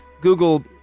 Google